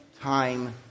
time